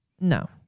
no